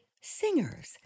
Singers